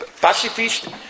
pacifist